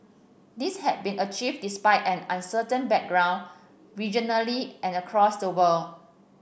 this has been achieved despite an uncertain background regionally and across the world